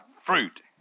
fruit